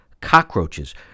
cockroaches